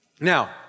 Now